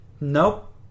nope